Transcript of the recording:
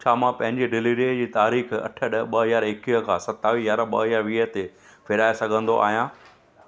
छा मां पंहिंजी डिलीवरीअ जी तारीख़ अठ ॾह ॿ हज़ार एकवीह खां सतावीह यारहं ॿ हज़ार वीह ते फेराए सघंदो आहियां